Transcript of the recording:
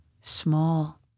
small